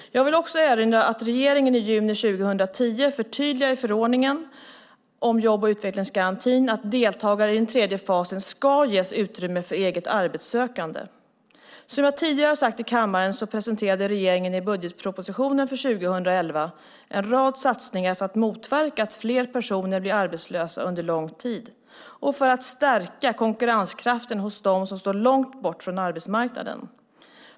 Jag vill också erinra om att regeringen i juni 2010 förtydligade i förordningen om jobb och utvecklingsgarantin att deltagare i den tredje fasen ska ges utrymme för eget arbetssökande. Som jag tidigare har sagt i kammaren presenterar regeringen i budgetpropositionen för 2011 en rad satsningar för att motverka att fler personer blir arbetslösa under lång tid och för att stärka konkurrenskraften hos dem som står långt från arbetsmarknaden.